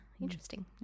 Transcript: interesting